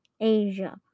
Asia